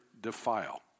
defile